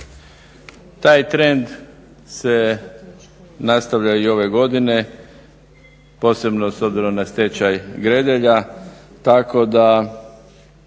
Taj trend se nastavlja i ove godine, posebno s obzirom na stečaj Gredelja